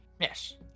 Yes